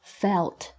felt